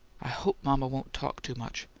i hope mama won't talk too much.